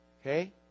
Okay